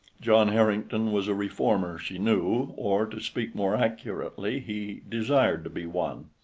john harrington was a reformer, she knew or, to speak more accurately, he desired to be one.